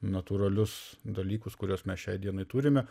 natūralius dalykus kuriuos mes šiai dienai turime